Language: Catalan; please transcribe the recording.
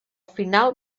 final